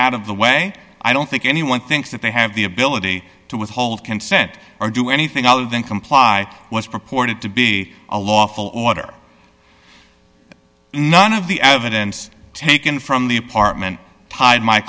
out of the way i don't think anyone thinks that they have the ability to withhold consent or do anything other than comply was purported to be a lawful order none of the evidence taken from the apartment tied my